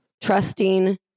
trusting